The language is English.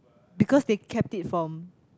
because they kept it from